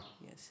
Yes